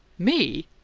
me?